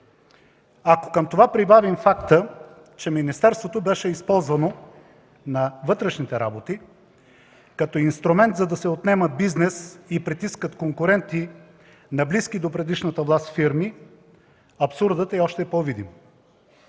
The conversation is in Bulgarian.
Ако към това прибавим факта, че Министерството на вътрешните работи беше използвано като инструмент, за да се отнема бизнес и притискат конкуренти на близки до предишната власт фирми, абсурдът е още по-видим.